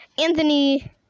Anthony